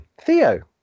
Theo